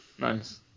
Nice